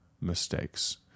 mistakes